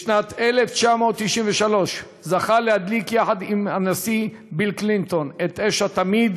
בשנת 1993 זכה להדליק יחד עם הנשיא ביל קלינטון את אש התמיד